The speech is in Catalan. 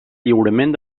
lliurament